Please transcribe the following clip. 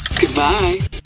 Goodbye